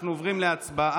אנחנו עוברים להצבעה.